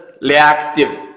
reactive